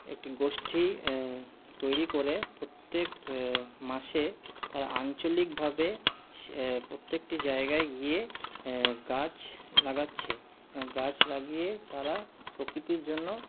একটি গোষ্ঠী তৈরি করে প্রত্যেক মাসে তারা আঞ্চলিকভাবে প্রত্যেকটি জায়গায় গিয়ে গাছ লাগাচ্ছে গাছ লাগিয়ে তারা প্রকৃতির জন্য